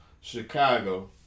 Chicago